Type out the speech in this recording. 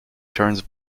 turns